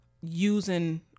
using